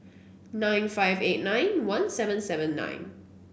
nine five eight nine one seven seven nine